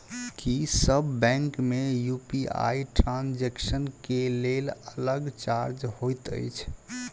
की सब बैंक मे UPI transaction केँ लेल अलग चार्ज होइत अछि?